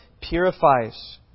purifies